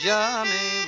Johnny